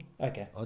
okay